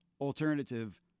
alternative